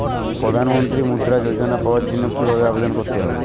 প্রধান মন্ত্রী মুদ্রা যোজনা পাওয়ার জন্য কিভাবে আবেদন করতে হবে?